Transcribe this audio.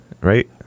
right